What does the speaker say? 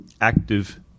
active